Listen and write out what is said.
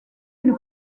une